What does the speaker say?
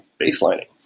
baselining